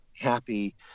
happy